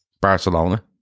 Barcelona